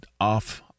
off